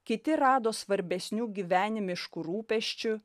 kiti rado svarbesnių gyvenimiškų rūpesčių